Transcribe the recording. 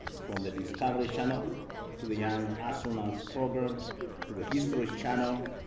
from the discovery channel to the young astronauts program to the history channel,